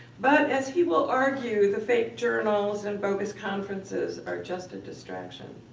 but, as he will argue, the fake journals and bogus conferences are just a distraction.